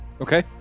Okay